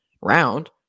round